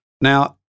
Now